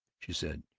she said,